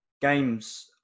games